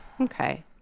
Okay